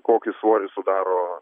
kokį svorį sudaro